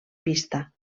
pista